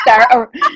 start